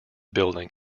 building